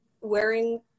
wearing